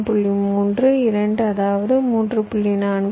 3 2 அதாவது 3